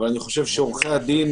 אני רוצה להגיד עוד כמה דברים.